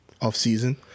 Offseason